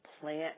plant